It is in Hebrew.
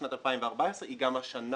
לשנת 2014 שהיא גם השנה